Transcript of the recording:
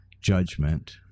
judgment